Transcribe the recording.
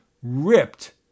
ripped